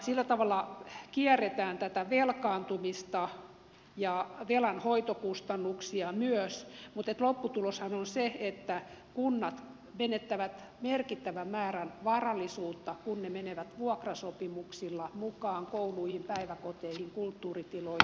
sillä tavalla kierretään velkaantumista ja velanhoitokustannuksia myös mutta lopputuloshan on se että kunnat menettävät merkittävän määrän varallisuutta kun ne menevät vuokrasopimuksilla mukaan kouluihin päiväkoteihin kulttuuritiloihin virastotiloihin ja niin edespäin